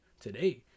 today